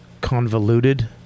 convoluted